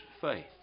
faith